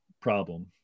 problem